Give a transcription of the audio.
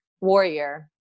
warrior